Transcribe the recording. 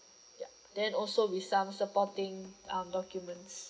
yup then also with some supporting um documents